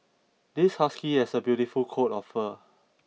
this husky has a beautiful coat of fur